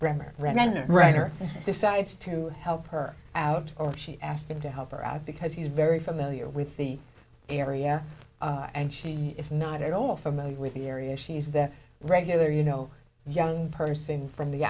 grammar remender writer decides to help her out or she asked him to help her out because he's very familiar with the area and she is not at all familiar with the area she's that regular you know young person from the